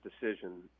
decision